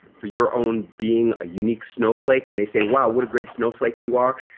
for your own being a unique snowflake and they say wow, what a great snowflake you are,